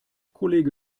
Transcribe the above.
kollege